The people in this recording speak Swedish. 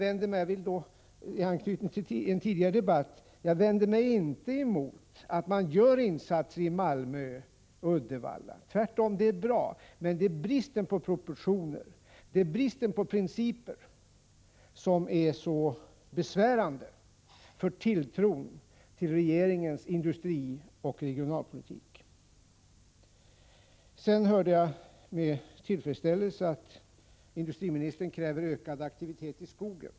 I anknytning till en tidigare debatt vill jag framhålla att jag inte vänder mig mot att man gör insatser i Malmö och Uddevalla — tvärtom, det är bra — utan det är bristen på proportioner och på principer som är så besvärande för tilltron till regeringens industrioch regionalpolitik. Jag hörde med tillfredsställelse att industriministern kräver ökad aktivitet i skogen.